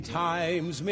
times